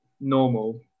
normal